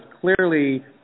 clearly